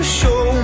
show